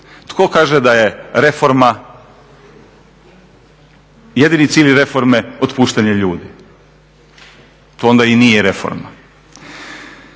Tko kaže da je reforma, jedini cilj reforme, otpuštanje ljudi? To onda i nije reforma.